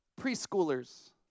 preschoolers